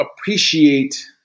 appreciate